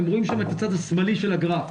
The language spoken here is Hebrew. נתמקד בקו הכחול של הגרף.